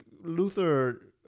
Luther